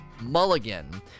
Mulligan